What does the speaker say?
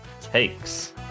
Takes